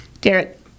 Derek